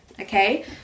okay